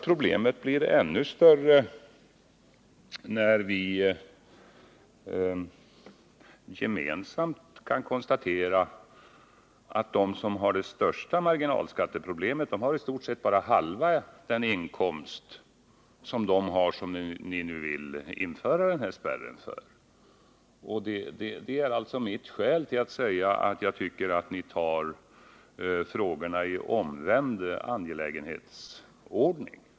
Problemen blir ännu större när vi gemensamt kan konstatera att de som har det största marginalskatteproblemet i stort sett bara har halva den inkomst som de har som regeringen nu vill införa denna spärr för. Det är mitt skäl till att säga att regeringen tar frågorna i omvänd angelägenhetsordning.